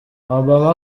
obama